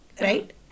right